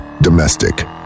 Domestic